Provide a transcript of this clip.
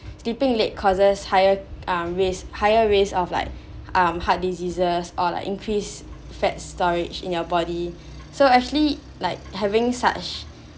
sleeping late causes higher um risk higher risk of like um heart diseases or like increase fat storage in your body so actually like having such